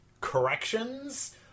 corrections